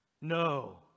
no